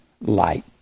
light